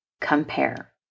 compare